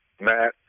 Matt